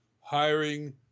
hiring